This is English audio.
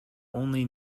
only